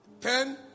Ten